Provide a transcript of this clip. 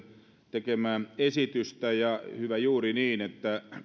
tekemää esitystä ja hyvä juuri niin että